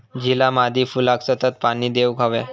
झिला मादी फुलाक सतत पाणी देवक हव्या